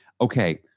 okay